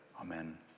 amen